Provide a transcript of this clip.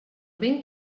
ben